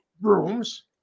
rooms